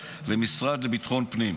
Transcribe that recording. ממשרד האוצר למשרד לביטחון לאומי.